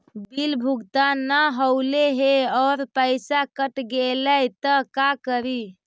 Bill भुगतान न हौले हे और पैसा कट गेलै त का करि?